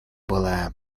было